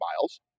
miles